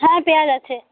হ্যাঁ পেঁয়াজ আছে